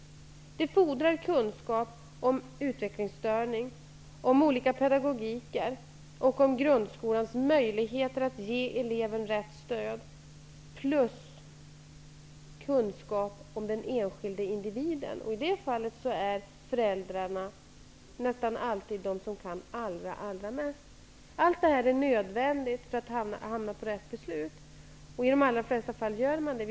Valet fordrar kunskap om utvecklingsstörning, olika pedagogiker och om grundskolans möjligheter att ge eleven rätt stöd samt kunskap om den enskilde individen. I det fallet är föräldrarna nästan alltid de som kan allra, allra mest. Allt detta är nödvändigt för att man skall kunna fatta rätta beslut. I de allra flesta fall gör man det.